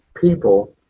people